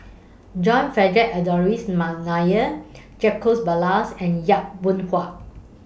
John Frederick Adolphus Mcnair Jacobs Ballas and Yap Boon Hua